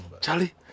Charlie